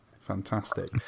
fantastic